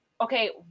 okay